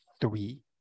three